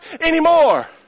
anymore